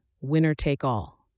winner-take-all